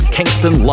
Kingston